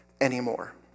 anymore